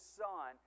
son